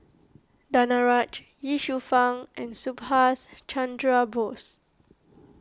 Danaraj Ye Shufang and Subhas Chandra Bose